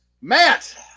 Matt